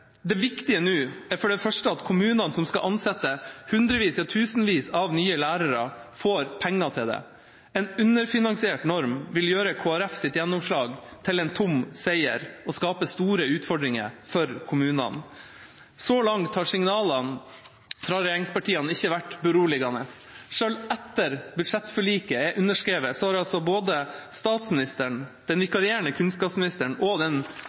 Det viktige nå er for det første at kommunene som skal ansette hundrevis eller tusenvis av nye lærere, får penger til det. En underfinansiert norm vil gjøre Kristelig Folkepartis gjennomslag til en tom seier og skape store utfordringer for kommunene. Så langt har signalene fra regjeringspartiene ikke vært beroligende. Selv etter at budsjettforliket er underskrevet, har både statsministeren, den vikarierende kunnskapsministeren og den